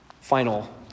final